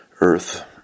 Earth